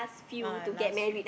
uh last year